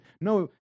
No